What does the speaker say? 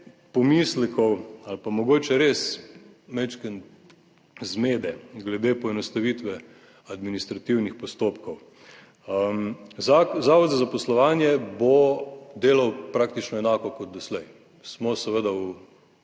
pomislekov ali pa mogoče res majčkeno zmede glede poenostavitve administrativnih postopkov. Za Zavod za zaposlovanje bo delal praktično enako kot doslej. Smo seveda v